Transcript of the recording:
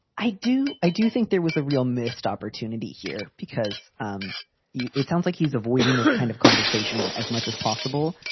i do. i do think there was a real missed opportunity here because um it sounds like he's avoiding this kind of conversation and as much as possible.